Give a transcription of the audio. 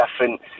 different